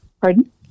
Pardon